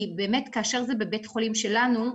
כי באמת כאשר זה בבית חולים שלנו,